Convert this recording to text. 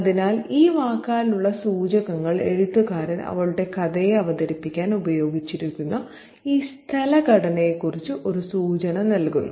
അതിനാൽ ഈ വാക്കാലുള്ള സൂചകങ്ങൾ എഴുത്തുകാരൻ അവളുടെ കഥയെ അവതരിപ്പിക്കാൻ ഉപയോഗിച്ചിരിക്കുന്ന ഈ സ്ഥല ഘടനയെക്കുറിച്ച് ഒരു സൂചന നൽകുന്നു